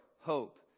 hope